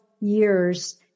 years